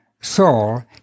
Saul